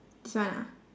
this one ah